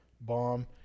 Bomb